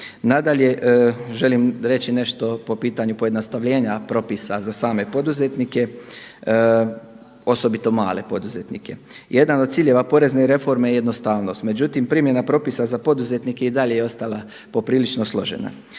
Nadalje, želim reći nešto po pitanju pojednostavljenja propisa za same poduzetnike, osobito male poduzetnike. Jedan od ciljeva porezne reforme je jednostavnost, međutim primjena propisa za poduzetnike je i dalje ostala poprilično složena.